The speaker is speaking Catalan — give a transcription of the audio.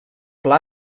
pla